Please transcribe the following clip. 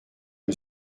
pas